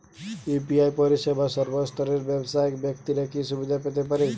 UPI পরিসেবা সর্বস্তরের ব্যাবসায়িক ব্যাক্তিরা কি সুবিধা পেতে পারে?